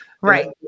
Right